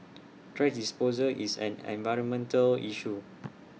thrash disposal is an environmental issue